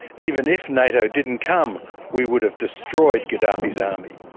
even if nato didn't come we would have destroyed gaddafi's army.